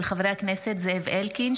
חברי הכנסת זאב אלקין,